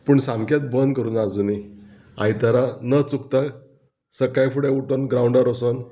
पूण सामकेंच बंद करूं ना आजुनी आयतारा न चुकता सकाळी फुडें उठोन ग्रावंडार वचोन